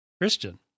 Christian